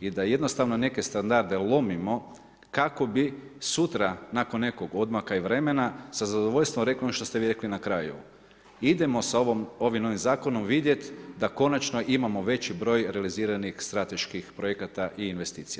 i da jednostavno neke standarde lomimo kako bi sutra nakon nekog odmaka i vremena sa zadovoljstvom rekli ono što ste vi rekli na kraju, idemo s ovim novim zakonom vidjeti da konačno imamo veći broj realiziranih strateških projekata i investicija.